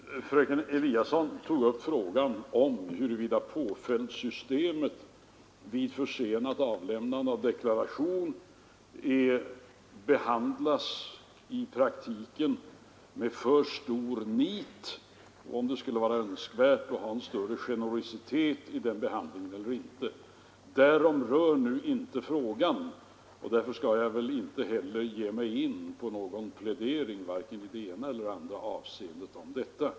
Herr talman! Fröken Eliasson ifrågasatte huruvida inte påföljdssystemet vid försenat avlämnande av deklaration i praktiken tillämpas med alltför stort nit och huruvida det i detta sammanhang skulle vara önskvärt med en större generositet. Detta handlar nu inte hennes fråga om. Därför skall jag inte heller gå in på någon plädering i vare sig det ena eller det andra avseendet.